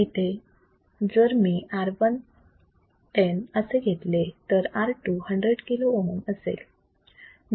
इथे जर मी R1 10 असे घेतले तर R2 hundred kilo ohm असेल